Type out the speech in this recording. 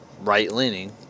right-leaning